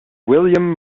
william